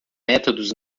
métodos